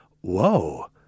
whoa